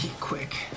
quick